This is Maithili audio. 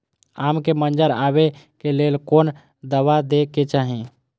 आम के मंजर आबे के लेल कोन दवा दे के चाही?